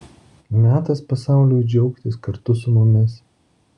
metas pasauliui džiaugtis kartu su mumis